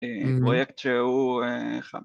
‫באויקט שאוהב.